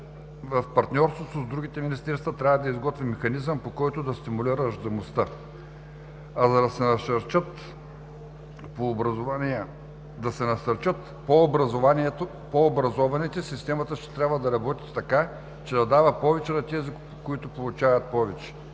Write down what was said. в партньорство с другите министерства трябва да изготви механизъм, по който да стимулира раждаемостта. А за да се насърчат по-образованите, системата ще трябва да работи така, че да дава повече на тези, които получават повече.